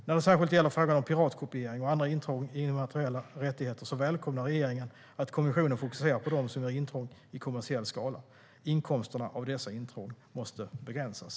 När det särskilt gäller frågan om piratkopiering och andra intrång i immateriella rättigheter välkomnar regeringen att kommissionen fokuserar på dem som gör intrång i kommersiell skala. Inkomsterna av dessa intrång måste begränsas.